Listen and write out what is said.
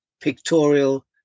Pictorial